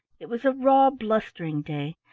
it was a raw, blustering day,